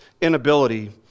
inability